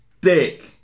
dick